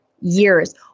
years